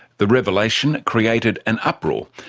the revelation created an uproar,